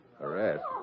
Arrest